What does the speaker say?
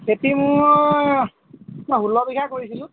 খেতি মোৰ মই ষোল্ল বিঘা কৰিছিলোঁ